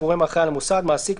"הגורם האחראי על המוסד" מעסיק,